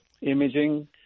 imaging